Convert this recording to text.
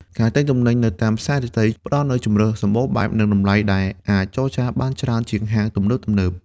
ការទិញទំនិញនៅតាមផ្សាររាត្រី ផ្តល់នូវជម្រើសសំបូរបែប និងតម្លៃដែលអាចចរចាបានច្រើនជាងហាងទំនើបៗ។